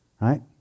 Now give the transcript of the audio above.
Right